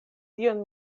tion